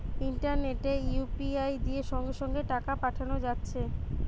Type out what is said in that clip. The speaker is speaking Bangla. ইন্টারনেটে ইউ.পি.আই দিয়ে সঙ্গে সঙ্গে টাকা পাঠানা যাচ্ছে